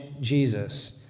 Jesus